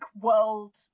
world